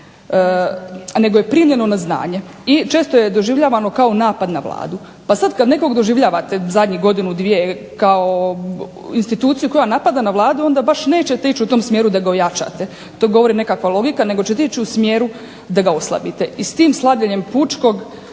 nego je primljeno na znanje i često je doživljavano kao napad na Vladu. Pa sada kada nekog doživljavate zadnjih godinu, dvije kao instituciju koja napada na Vladu onda nećete baš ići u tom smjeru da ga ojačate. To govori nekakva logika nego će otići u smjeru da ga oslabite. I s tim slabljenjem pučkog